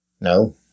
No